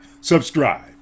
subscribe